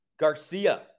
Garcia